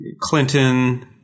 Clinton